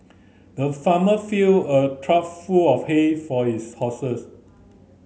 the farmer filled a trough full of hay for his horses